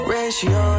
Ratio